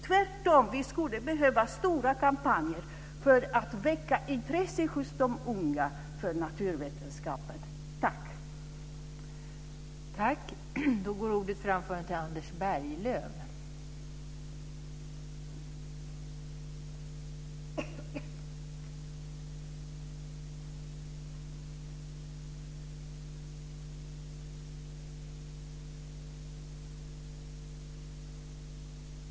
Tvärtom skulle vi behöva stora kampanjer för att väcka intresse för naturvetenskapen hos de unga.